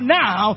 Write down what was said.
now